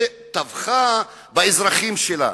שטבחה באזרחים שלה.